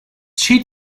sheet